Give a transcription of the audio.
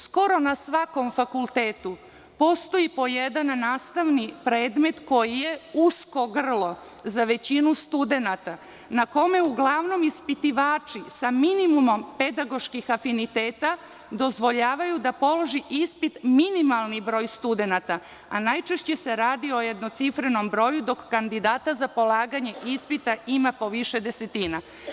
Skoro na svakom fakultetu postoji po jedan nastavni predmet koji je usko grlo za većinu studenata, na kome uglavnom ispitivači sa minimumom pedagoških afiniteta dozvoljavaju da položi ispit minimalni broj studenata, a najčešće se radi o jednocifrenom broju, dok kandidata za polaganje ispita ima po više desetina.